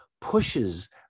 pushes